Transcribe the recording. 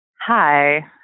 hi